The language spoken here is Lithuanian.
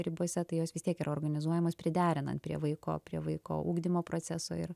ribose tai jos vis tiek yra organizuojamos priderinant prie vaiko prie vaiko ugdymo proceso ir